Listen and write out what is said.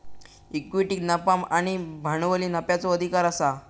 इक्विटीक नफा आणि भांडवली नफ्याचो अधिकार आसा